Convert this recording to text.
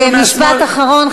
משפט אחרון,